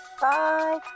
Bye